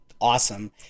awesome